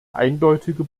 eindeutige